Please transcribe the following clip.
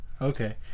Okay